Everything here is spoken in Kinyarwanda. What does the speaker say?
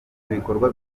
ibikorwa